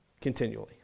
continually